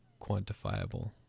quantifiable